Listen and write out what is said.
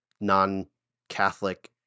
non-catholic